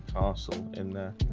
awesome and i